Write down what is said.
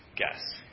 guess